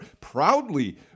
proudly